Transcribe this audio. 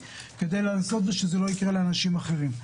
כמשימה אישית בניסיון שזה לא יקרה לאנשים אחרים.